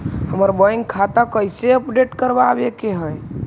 हमर बैंक खाता कैसे अपडेट करबाबे के है?